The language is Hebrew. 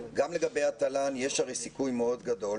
גם לגבי התל"ן יש הרי סיכוי מאוד גדול